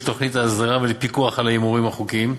תוכנית ההסדרה ולפיקוח על ההימורים החוקיים,